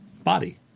body